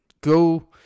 go